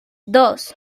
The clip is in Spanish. dos